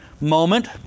moment